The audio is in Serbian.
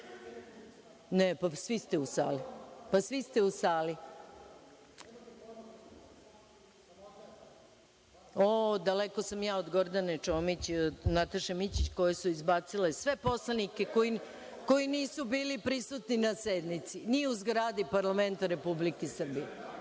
pojma koga ste izbacili.)Daleko sam ja od Gordane Čomić i Nataše Mićić koje su izbacile sve poslanike koji nisu bili prisutni na sednici, ni u zgradi parlamenta Republike Srbije.(Goran